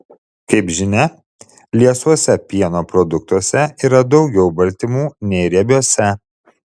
kaip žinia liesuose pieno produktuose yra daugiau baltymų nei riebiuose